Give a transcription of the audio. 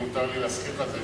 אם מותר לי להזכיר לכם,